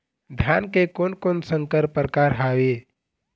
धान के कोन कोन संकर परकार हावे?